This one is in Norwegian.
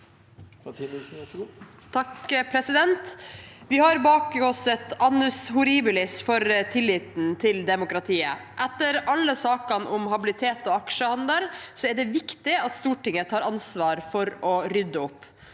(R) Vi har bak oss et annus horribilis når det gjelder tilliten til demokratiet. Etter alle sakene om habilitet og aksjehandel er det viktig at Stortinget tar ansvar for å rydde opp.